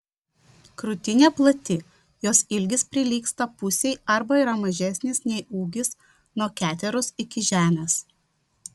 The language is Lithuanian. krūtinė plati jos ilgis prilygsta pusei arba yra mažesnis nei ūgis nuo keteros iki žemės